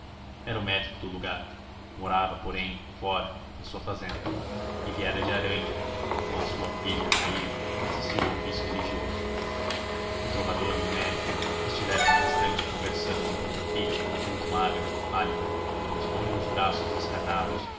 era o médico do lugar morava porém fora na sua fazenda e viera de aranha com a sua filha nair assistir o ofício religioso o trovador e o médico estiveram um instante conversando enquanto a filha muito magra pálida com uns longos braços descarnados